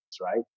right